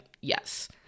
yes